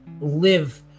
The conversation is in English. live